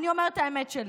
אני אומרת את האמת שלי.